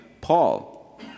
Paul